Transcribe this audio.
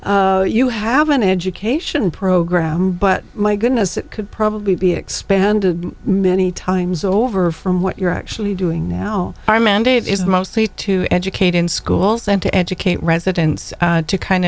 e you have an education program but my goodness it could probably be expanded many times over from what you're actually doing now our mandate is mostly to educate in schools and to educate residents to kind